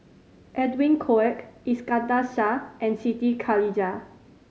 Edwin Koek Iskandar Shah and Siti Khalijah